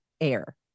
air